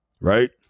right